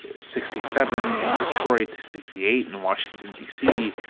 sixty seven in detroit, sixty eight in washington, d c,